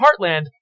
Heartland